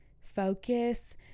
focus